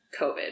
COVID